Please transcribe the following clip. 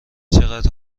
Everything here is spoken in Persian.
چقدر